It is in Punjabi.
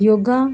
ਯੋਗਾ